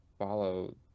Follow